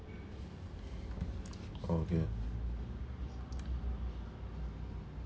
oh dear